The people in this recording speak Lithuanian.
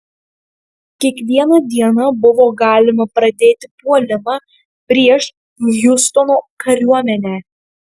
kiekvieną dieną buvo galima pradėti puolimą prieš hjustono kariuomenę